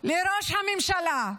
לראש הממשלה,